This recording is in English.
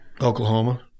Oklahoma